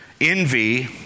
envy